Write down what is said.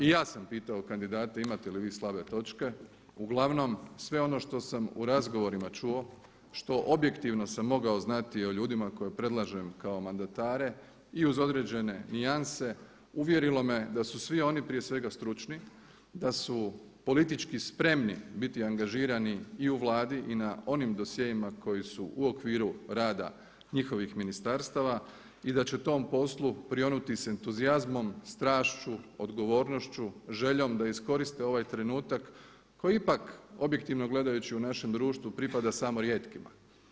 I ja sam pitao kandidate imate li vi slabe točke, uglavnom sve ono što sam u razgovorima čuo, što objektivno sam mogao znati o ljudima koje predlažem kao mandatare i uz određene nijanse uvjerilo me da su svi oni prije svega stručni, da su politički spremni biti angažirani i u Vladi i na onim dosjeima koji su u okviru rada njihovih ministarstava i da će tom poslu prionuti s entuzijazmom, strašću, odgovornošću, željom da iskoriste ovaj trenutak koji ipak objektivno gledajući u našem društvu pripada samo rijetkima.